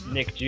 Nick